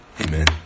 Amen